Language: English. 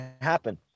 happen